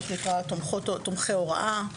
תומכי הוראה,